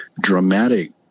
dramatic